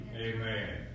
Amen